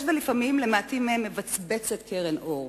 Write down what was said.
יש ולפעמים למעטים מהם מבצבצת קרן אור,